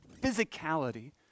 physicality